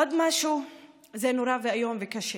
עוד משהו נורא, ואיום וקשה.